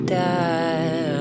die